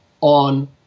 on